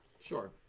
Sure